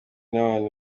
n’ibintu